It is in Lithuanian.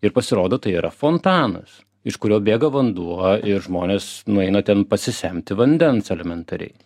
ir pasirodo tai yra fontanas iš kurio bėga vanduo ir žmonės nueina ten pasisemti vandens elementariai